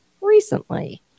recently